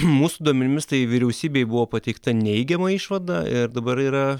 mūsų duomenimis tai vyriausybei buvo pateikta neigiama išvada ir dabar yra